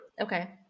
Okay